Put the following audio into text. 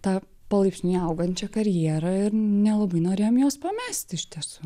tą palaipsniui augančią karjerą ir nelabai norėjom jos pamesti iš tiesų